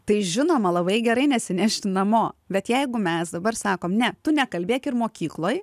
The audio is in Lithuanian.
tai žinoma labai gerai nesinešti namo bet jeigu mes dabar sakom ne tu nekalbėk ir mokykloj